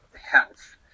health